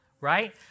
right